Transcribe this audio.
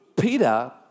Peter